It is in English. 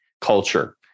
culture